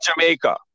Jamaica